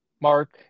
Mark